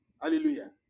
Hallelujah